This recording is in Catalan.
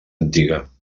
antiga